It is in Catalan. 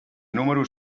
número